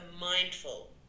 mindful